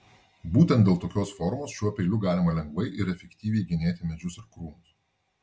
būtent dėl tokios formos šiuo peiliu galima lengvai ir efektyviai genėti medžius ir krūmus